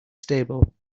stable